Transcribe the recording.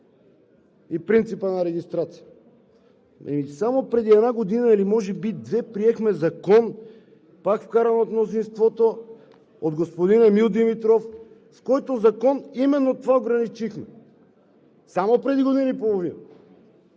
и принципа на регистрация. Само преди една години или може би две, приехме закон, пак вкаран от мнозинството – от господин Емил Димитров, с който именно това ограничихме. Само преди година и половина!